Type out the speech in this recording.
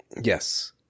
Yes